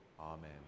amen